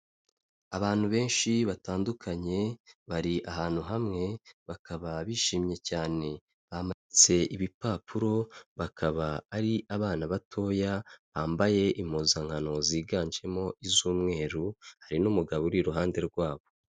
Abantu benshi batandukanye bari ahantu hamwe, bakaba bishimye cyane, bamanitse ibipapuro, bakaba ari abana batoya bambaye impuzankano ziganjemo iz'umweru, hari n'umugabo uri iruhande rwabo.